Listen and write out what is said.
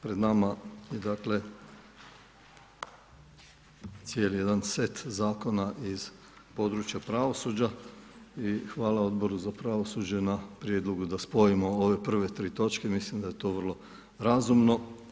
Pred nama je dakle cijeli jedan set zakona iz područja pravosuđa i hvala Odboru za pravosuđe na prijedlogu da spojimo ove prve tri točke, mislim da je to vrlo razumno.